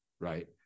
Right